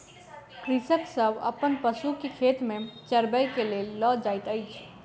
कृषक सभ अपन पशु के खेत में चरबै के लेल लअ जाइत अछि